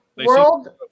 World